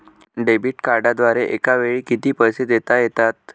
Debit कार्डद्वारे एकावेळी किती पैसे देता येतात?